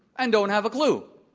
and don't have a clue.